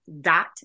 dot